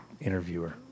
interviewer